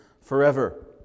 forever